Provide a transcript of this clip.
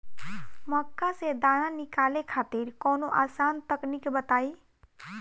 मक्का से दाना निकाले खातिर कवनो आसान तकनीक बताईं?